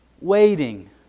waiting